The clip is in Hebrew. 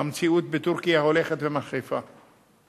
והמציאות בטורקיה הולכת ומחריפה,